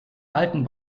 alten